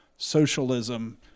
Socialism